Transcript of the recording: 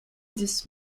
this